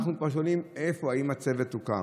אנחנו שואלים: האם הצוות הוקם?